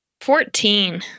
Fourteen